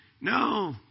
No